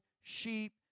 sheep